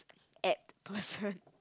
apt person